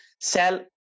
sell